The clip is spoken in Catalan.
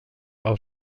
pel